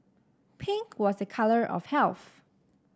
pink was a colour of health